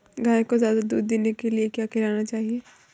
गाय को ज्यादा दूध देने के लिए क्या खिलाना चाहिए?